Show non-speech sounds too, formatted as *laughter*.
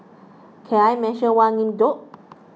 can I mention one *unintelligible* though